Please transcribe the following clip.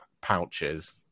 pouches